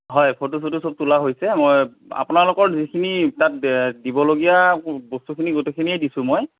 হয় ফটো চটো চব তোলা হৈছে মই আপোনালোকৰ যিখিনি তাত দিবলগীয়া বস্তুখিনি গোটেইখিনিয়ে দিছোঁ মই